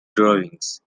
drawings